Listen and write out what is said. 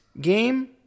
game